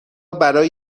برای